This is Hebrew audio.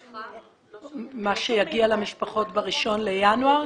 מה שיגיע למשפחות ב-1 בינואר?